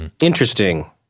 Interesting